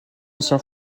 ancien